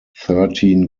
thirteen